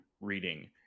reading